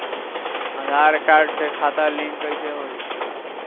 आधार card से खाता link कईसे होई?